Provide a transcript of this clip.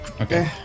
Okay